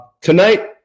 tonight